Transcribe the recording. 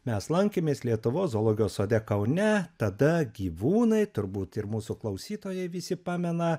mes lankėmės lietuvos zoologijos sode kaune tada gyvūnai turbūt ir mūsų klausytojai visi pamena